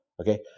Okay